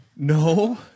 No